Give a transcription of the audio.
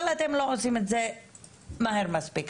אבל אתם לא עושים את זה מהר מספיק.